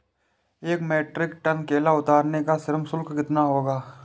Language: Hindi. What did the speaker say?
एक मीट्रिक टन केला उतारने का श्रम शुल्क कितना होगा?